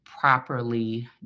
properly